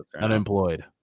unemployed